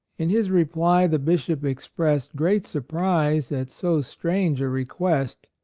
in his reply the bishop expressed great surprise at so strange a request,